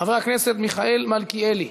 חבר הכנסת מיכאל מלכיאלי.